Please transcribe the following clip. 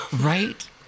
Right